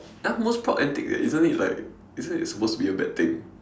!huh! most proud antic eh isn't it like isn't it supposed to be a bad thing